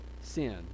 sin